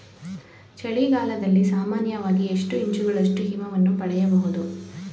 ಚಳಿಗಾಲದಲ್ಲಿ ಸಾಮಾನ್ಯವಾಗಿ ಎಷ್ಟು ಇಂಚುಗಳಷ್ಟು ಹಿಮವನ್ನು ಪಡೆಯಬಹುದು?